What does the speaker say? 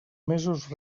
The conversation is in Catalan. mesos